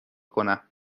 کنم